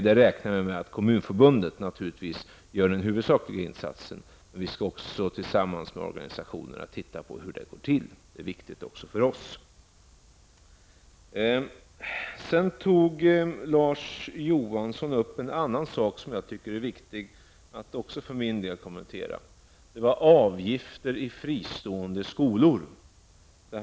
Vi räknar med att Kommunförbundet skall göra den huvudsakliga insatsen, men vi skall också tillsammans med organisationerna studera hur det går till. Det är viktigt också för oss. Larz Johansson tog upp en fråga som jag tycker att det är viktigt att också för min del att kommentera, nämligen avgifter i fristående skolor.